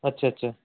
ਅੱਛਾ ਅੱਛਾ